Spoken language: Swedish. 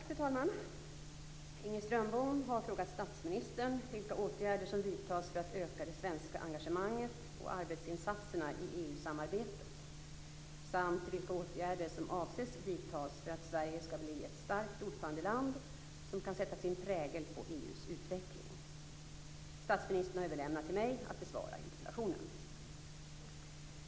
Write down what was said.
Fru talman! Inger Strömbom har frågat statsministern vilka åtgärder som vidtas för att öka det svenska engagemanget och arbetsinsatserna i EU samarbetet samt vilka åtgärder som avses vidtas för att Sverige skall bli ett starkt ordförandeland som kan sätta sin prägel på EU:s utveckling. Statsministern har överlämnat till mig att besvara interpellationen.